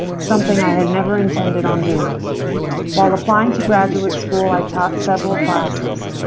something i had never intended on doing while applying to graduate school. i taught several classes.